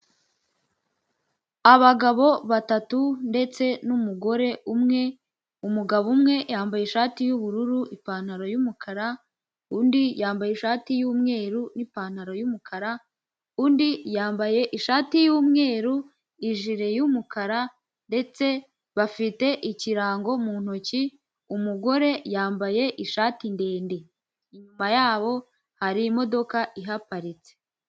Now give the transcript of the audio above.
Abagabo batatu ndetse n'umugore umwe, umugabo umwe yambaye ishati y'ubururu ipantaro y'umukara, undi yambaye ishati y'umweru n'ipantaro y'umukara undi yambaye ishati y'umweru ijire y'umukara ndetse bafite ikirango mu ntoki umugore yambaye ishati ndende, inyuma yabo hari imodoka ihaparitse.